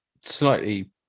Slightly